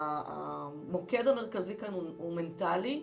המוקד המרכזי כאן הוא מנטלי,